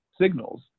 signals